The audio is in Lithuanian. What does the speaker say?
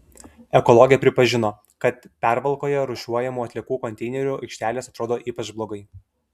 ekologė pripažino kad pervalkoje rūšiuojamų atliekų konteinerių aikštelės atrodo ypač blogai